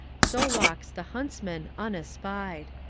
so walks the huntsman unespied.